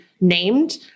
named